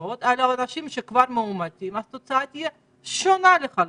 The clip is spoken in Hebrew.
חוזרות על אנשים שכבר מאומתים התוצאה תהיה שונה לחלוטין.